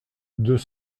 deux